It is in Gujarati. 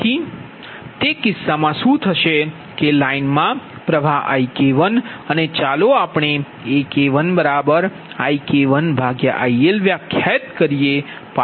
તેથી તે કિસ્સામાં શું થશે કે K લાઈનમાં પ્ર્વાહ IK1અને ચાલો આપણે AK1IK1 IL વ્યાખ્યાયિત કરીએ